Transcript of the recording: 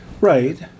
Right